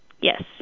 Yes